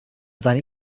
seine